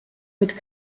mit